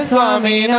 Swami